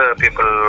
people